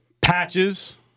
Patches